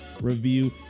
review